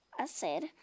hacer